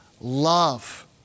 love